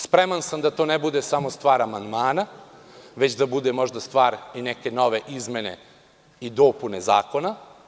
Spreman sam da to ne bude samo stvar amandmana, već da bude možda stvar neke nove izmene i dopune zakona.